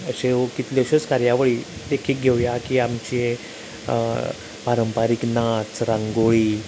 अश्यो कितल्योश्योच कार्यावळी देखीक घेवया की आमची पारंपारीक नाच रांगोळी